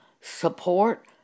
support